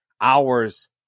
hours